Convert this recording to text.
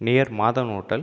near Madhan hotel